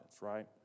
right